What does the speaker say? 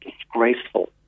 disgraceful